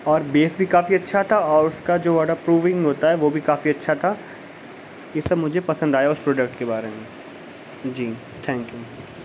اور بیس بھی کافی اچھا تھا اور اس کا جو واٹر پروونگ ہوتا ہے وہ بھی کافی اچھا تھا یہ سب مجھے پسند آیا اس پروڈکٹ کے بارے میں جی تھینک یو